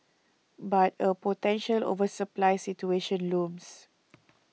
but a potential oversupply situation looms